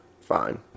fine